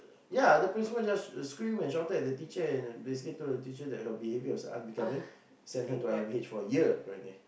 ya the principal just scream and shouted at the teacher and basically told the teacher that her behavior was unbecoming sent her to I_M_H for a year apparently